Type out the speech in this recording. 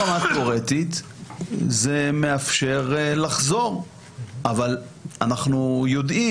ברמה התיאורטית זה מאפשר לחזור אבל אנחנו יודעים